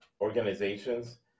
organizations